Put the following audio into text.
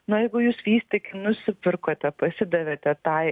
na jeigu jūs vys tik nusipirkote pasidavėte tai